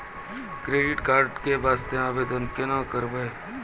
Credit card के वास्ते आवेदन केना करबै?